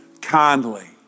kindly